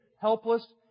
helpless